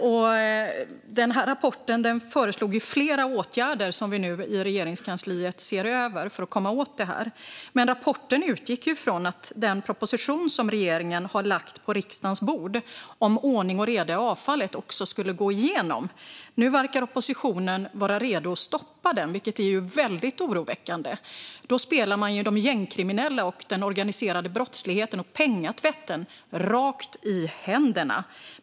I rapporten föreslogs flera åtgärder för att komma åt detta, och vi ser nu över dem i Regeringskansliet. Rapporten utgick dock ifrån att den proposition som regeringen har lagt på riksdagens bord om ordning och reda i avfallet också skulle gå igenom, men nu verkar oppositionen vara redo att stoppa den. Det är ju väldigt oroväckande eftersom man då spelar de gängkriminella, den organiserade brottsligheten och pengatvätten rakt i händerna.